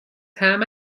طعم